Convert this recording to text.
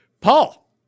Paul